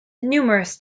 numerous